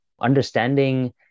understanding